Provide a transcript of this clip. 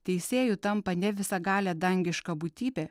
teisėju tampa ne visagalė dangiška būtybė